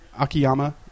Akiyama